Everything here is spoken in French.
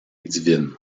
divine